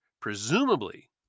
presumably